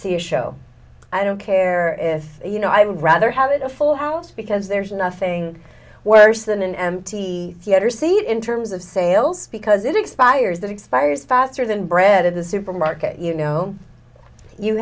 see a show i don't care if you know i would rather have it a full house because there's nothing worse than an empty theater seat in terms of sales because it expires that expires faster than bread at the supermarket you know you